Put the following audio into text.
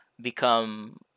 become